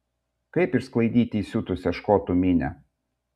kaip išsklaidyti įsiutusią škotų minią